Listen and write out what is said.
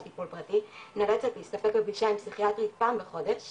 טיפול פרטי נאלצת להסתפק בפגישה עם פסיכיאטרית פעם בחודש